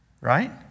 Right